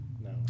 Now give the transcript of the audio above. No